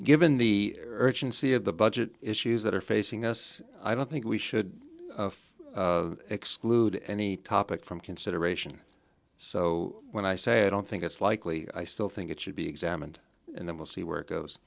given the urgency of the budget issues that are facing us i don't think we should exclude any topic from consideration so when i say i don't think it's likely i still think it should be examined and then we'll see w